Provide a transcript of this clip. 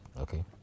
Okay